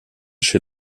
chez